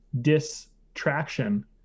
distraction